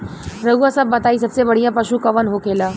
रउआ सभ बताई सबसे बढ़ियां पशु कवन होखेला?